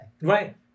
Right